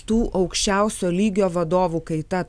tų aukščiausio lygio vadovų kaita